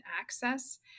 access